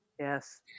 Yes